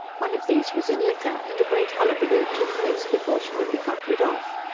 one of these was in liquor, and a great hullabaloo took place before she could be got rid of.